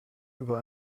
über